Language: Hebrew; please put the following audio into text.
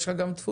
יש לי רק דפוס.